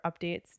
updates